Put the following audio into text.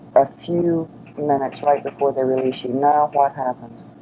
a few minutes right before they release you. now what happens?